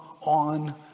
on